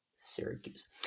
Syracuse